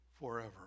forever